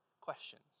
questions